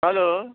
hello